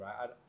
right